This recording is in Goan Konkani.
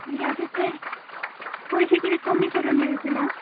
मगे आतां ते पयशे कितें कमी करून दिवचे ना